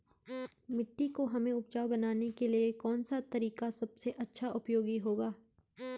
मिट्टी को हमें उपजाऊ बनाने के लिए कौन सा तरीका सबसे अच्छा उपयोगी होगा?